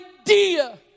idea